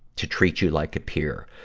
to treat you like a peer.